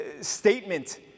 statement